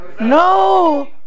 No